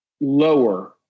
lower